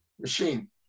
machine